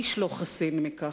איש לא חסין מכך.